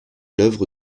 l’œuvre